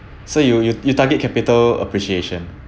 so you you you target capital appreciation